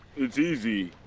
it's easy.